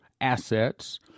assets